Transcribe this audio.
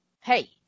Hey